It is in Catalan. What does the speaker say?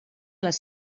les